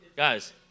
Guys